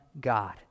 God